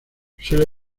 suele